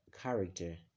character